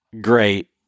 great